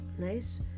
nice